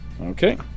okay